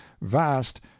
vast